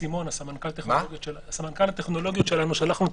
סמנכ"ל הטכנולוגיות שלנו שלח לי את